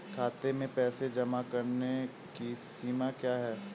खाते में पैसे जमा करने की सीमा क्या है?